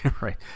Right